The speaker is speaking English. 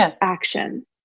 action